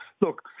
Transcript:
look